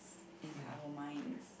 and our minds